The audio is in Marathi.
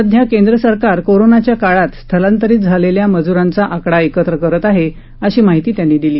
सध्या केंद्र सरकार कोरोनाच्या काळात स्थलांतरीत झालेल्या मजुरांचा आकडा एकत्र करत आहे अशी माहिती त्यांनी दिली